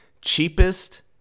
cheapest